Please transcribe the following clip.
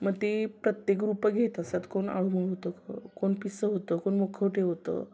मग ती प्रत्येक रुपं घेत असतात कोण आळुमुळु होतं कोण पिसं होतं कोण मुखवटे होतं